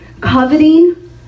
coveting